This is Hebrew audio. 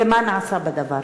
ומה נעשה בדבר.